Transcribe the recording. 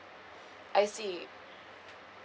I see